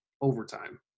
overtime